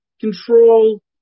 control